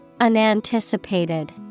Unanticipated